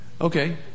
Okay